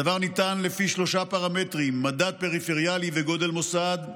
הדבר ניתן לפי שלושה פרמטרים: מדד פריפריאלי וגודל מוסד,